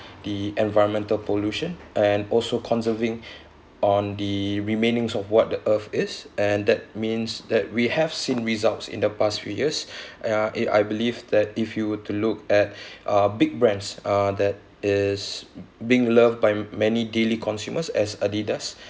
the environmental pollution and also conserving on the remaining of what the earth is and that means that we have seen results in the past few years ya a~ and I believe that if you were to look at uh big brands uh that is being loved by many daily consumers as adidas